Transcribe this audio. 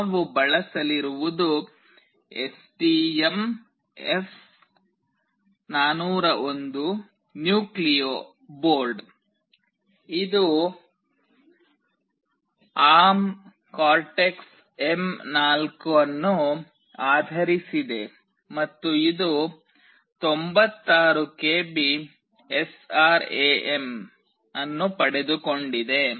ನಾವು ಬಳಸಲಿರುವುದು STM32F401 nucleo board ಇದು ARM cortex ಎಂ4 ಅನ್ನು ಆಧರಿಸಿದೆ ಮತ್ತು ಇದು 96 ಕೆಬಿ ಎಸ್ಆರ್ಎಎಂ ಅನ್ನು ಪಡೆದುಕೊಂಡಿದೆ